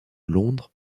londres